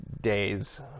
days